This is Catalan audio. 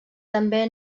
també